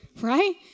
right